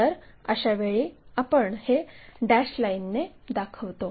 तर अशावेळी आपण हे डॅश लाईनने दाखवतो